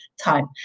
time